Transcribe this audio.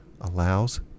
allows